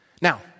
Now